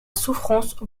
souffrance